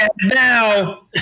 now